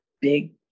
big